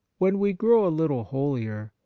when we grow a little holier,